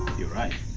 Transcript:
you're right!